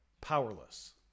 Powerless